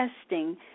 testing